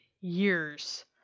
years